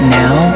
now